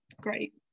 great